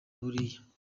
biriya